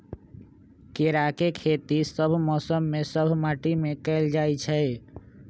केराके खेती सभ मौसम में सभ माटि में कएल जाइ छै